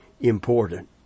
important